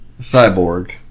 Cyborg